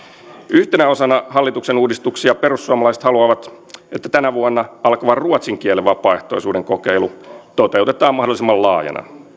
yhtenä osana hallituksen uudistuksia perussuomalaiset haluavat että tänä vuonna alkava ruotsin kielen vapaaehtoisuuden kokeilu toteutetaan mahdollisimman laajana